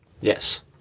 Yes